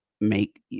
make